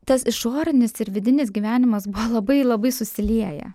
tas išorinis ir vidinis gyvenimas buvo labai labai susilieję